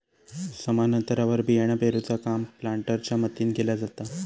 समान अंतरावर बियाणा पेरूचा काम प्लांटरच्या मदतीने केला जाता